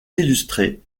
illustrer